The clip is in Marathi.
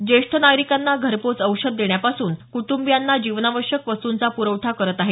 ज्येष्ठ नागरिकांना घरपोच औषध देण्यापासून कुटुंबियांना जीवनावश्यक वस्तूंचा पुरवठा करत आहेत